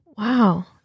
Wow